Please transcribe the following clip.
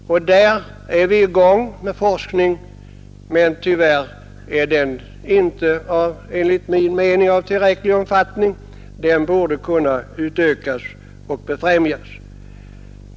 Där är vi i gång med forskning, men tyvärr är denna enligt min mening inte av tillräcklig omfattning. Den borde kunna utökas och befrämjas.